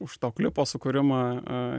už to klipo sukūrimą